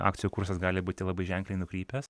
akcijų kursas gali būti labai ženkliai nukrypęs